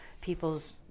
people's